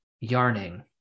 Yarning